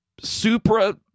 supra